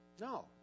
No